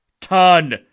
ton